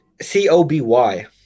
C-O-B-Y